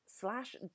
slash